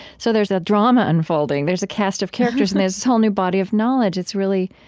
so there's a drama unfolding. there's a cast of characters and there's this whole new body of knowledge. it's really